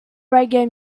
reggae